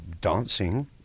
dancing